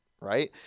Right